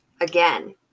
again